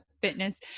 fitness